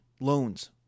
loans